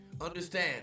Understand